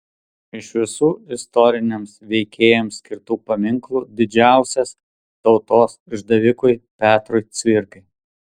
iš visų istoriniams veikėjams skirtų paminklų didžiausias tautos išdavikui petrui cvirkai